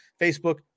Facebook